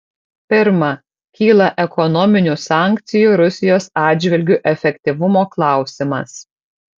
pirma kyla ekonominių sankcijų rusijos atžvilgiu efektyvumo klausimas